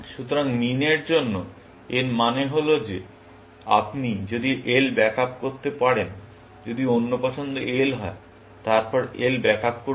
সুতরাং মিন এর জন্য এর মানে হল যে আপনি যদি L ব্যাক আপ করতে পারেন যদি অন্য পছন্দ L হয় তারপর L ব্যাক আপ করুন